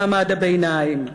מעמד הביניים.